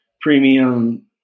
premium